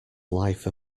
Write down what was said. life